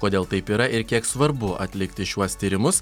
kodėl taip yra ir kiek svarbu atlikti šiuos tyrimus